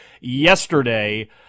yesterday